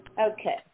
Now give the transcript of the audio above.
Okay